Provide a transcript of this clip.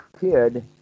kid